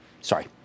Sorry